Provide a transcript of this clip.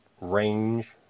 range